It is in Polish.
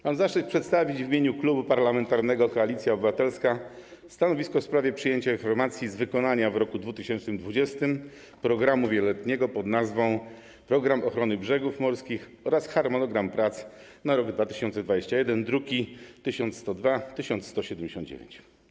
Mam zaszczyt przedstawić w imieniu Klubu Parlamentarnego Koalicja Obywatelska stanowisko w sprawie przyjęcia informacji z wykonania w roku 2020 programu wieloletniego pod nazwą „Program ochrony brzegów morskich” oraz harmonogramu prac na rok 2021, druki nr 1102 i 1179.